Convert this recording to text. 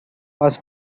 was